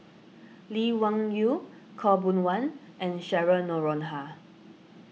Lee Wung Yew Khaw Boon Wan and Cheryl Noronha